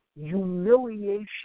humiliation